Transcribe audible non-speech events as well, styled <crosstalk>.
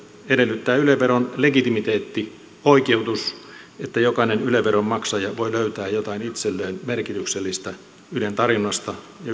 edellyttää yle veron legitimiteetti oikeutus että jokainen yle veron maksaja voi löytää jotain itselleen merkityksellistä ylen tarjonnasta ja <unintelligible>